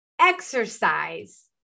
exercise